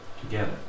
together